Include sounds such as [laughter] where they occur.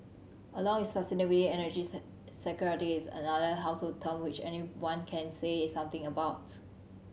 along with sustainability energy [unintelligible] security is another household term which anyone can say something about